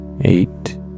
Eight